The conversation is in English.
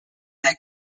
that